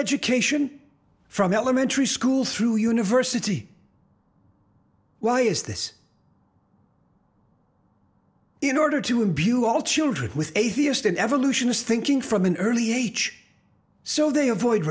education from elementary school through university why is this in order to imbue all children with atheist and evolutionists thinking from an early age so they avoid